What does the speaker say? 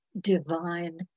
divine